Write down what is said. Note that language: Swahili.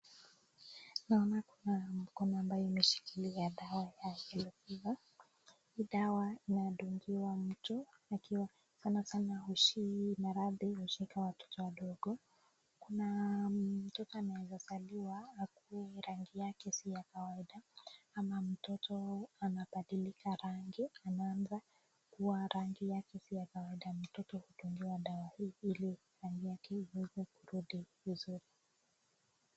Naona kuna mkono ambayo imeshikilia dawa ya Yellow Fever . Hii dawa inadungiwa mtu akiwa, sana sana hushi maradhi hushika watoto wadogo, kuna mtoto amezaliwa akuwe rangi yake si ya kawaida, ama mtoto anabadilika rangi, anaanza kuwa rangi yake si ya kawaida, mtoto hudungiwa dawa hii ili rangi yake iweze kurudi vizuri.